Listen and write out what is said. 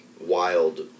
wild